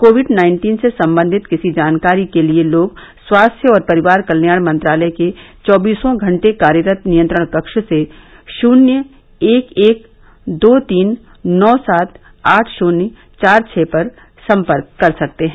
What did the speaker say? Covid nineteen से संबंधित किसी जानकारी के लिए लोग स्वास्थ्य और परिवार कल्याण मंत्रालय के चौदीसों घंटे कार्यरत नियंत्रण कक्ष से शून्य एक एक दो तीन नौ सात आठ शून्य चार छ पर संपर्क कर सकते हैं